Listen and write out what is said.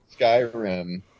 Skyrim